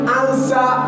answer